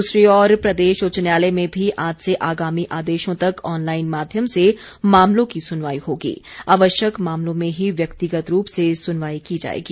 दूसरी ओर प्रदेश उच्च न्यायालय में भी आज से आगामी आदेशों तक ऑनलाईन माध्यम से मामलों की सुनवाई होगी आवश्यक मामलों में ही व्यक्तिगत रूप से सुनवाई की जायेगी